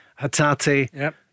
Hatate